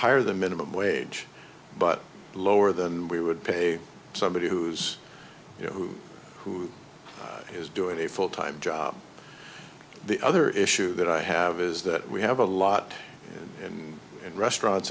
higher than minimum wage but lower than we would pay somebody who's you know who who is doing a full time job the other issue that i have is that we have a lot and in restaurants